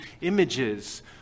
images